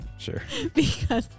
sure